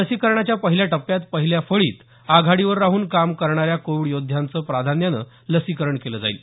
लसीकरणाच्या पहिल्या टप्प्यात पहिल्या फळीत आघाडीवर राहून काम करणाऱ्या कोविड योद्ध्यांचं प्राधान्यानं लसीकरण केलं जाईल